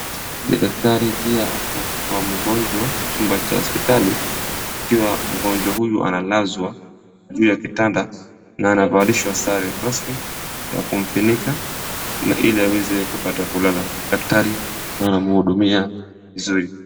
Yule daktari pia ako kwa mgonjwa chumba cha hospitali ikiwa mgonjwa huyu analazwaa juu ya kitanda na anavalishwa sare rasmi ya kumfunika ili aweze kupate kulala, daktari anamhudumia vizuri.